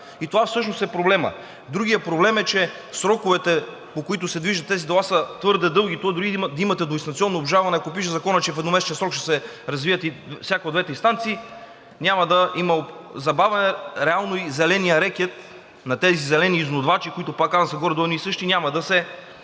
и това всъщност е проблемът. Другият проблем е, че сроковете, по които се движат тези дела, са твърде дълги. То дори и да имате двуинстанционно обжалване, ако пише законът, че в едномесечен срок ще се развие всяка от двете инстанции, няма да има забавяне. Реално и зеленият рекет на тези зелени изнудвачи, които, пак казвам, са горе-долу едни и същи, няма да се